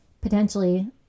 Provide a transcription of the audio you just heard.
potentially